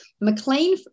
McLean